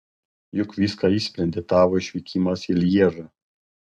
juk viską išsprendė tavo išvykimas į lježą